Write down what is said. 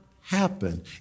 happen